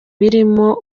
birimo